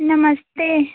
नमस्ते